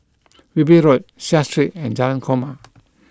Wilby Road Seah Street and Jalan Korma